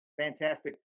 fantastic